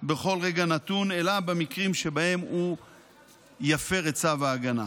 בכל רגע נתון אלא במקרים שבהם הוא יפר את צו ההגנה.